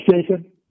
Jason